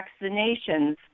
vaccinations